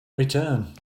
return